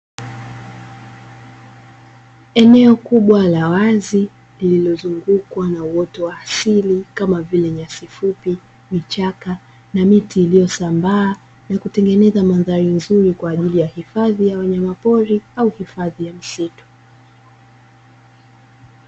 Eneo kubwa la wazi lililozungukwa na uoto wa asili kama vile: nyasi fupi, vichaka, na miti iliyosambaa na kutengeneza mandhari nzuri kwa ajili ya hifadhi ya wanyamapori au hifadhi ya msitu.